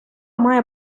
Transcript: має